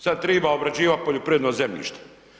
Sad triba obrađivat poljoprivredno zemljište.